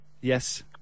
Yes